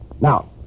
Now